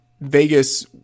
Vegas